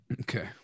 Okay